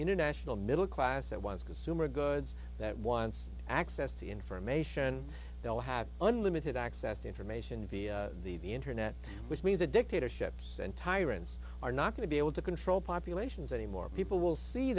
international middle class that wants consumer goods that once access to information they'll have unlimited access to information via the internet which means the dictatorships and tyrants are not going to be able to control populations anymore people will see